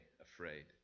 afraid